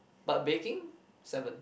but baking seven